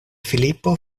filipo